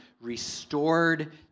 restored